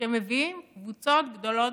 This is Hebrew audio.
שמביאים קבוצות גדולות